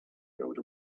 rode